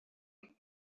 with